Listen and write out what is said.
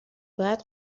باید